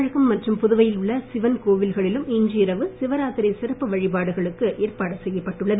தமிழகம் மற்றும் புதுவையில் உள்ள சிவன் கோவில்களிலும் இன்று இரவு சிவராத்திரி சிறப்பு வழிபாடுகளுக்கு ஏற்பாடு செய்யப்பட்டுள்ளது